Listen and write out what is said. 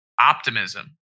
Optimism